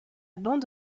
bande